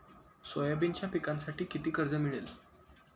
सोयाबीनच्या पिकांसाठी किती कर्ज मिळेल?